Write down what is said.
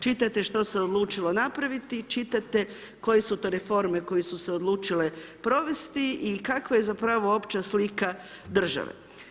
Čitate što se odlučilo napraviti i čitate koje su to reforme koje su se odlučile provesti i kakva je zapravo opća slika države.